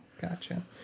Gotcha